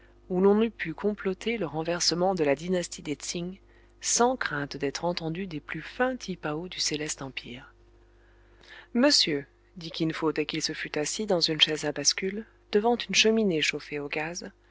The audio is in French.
où l'on eût pu comploter le renversement de la dynastie des tsing sans crainte d'être entendu des plus fins tipaos du céleste empire monsieur dit kin fo dès qu'il se fut assis dans une chaise à bascule devant une cheminée chauffée au gaz